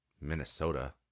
Minnesota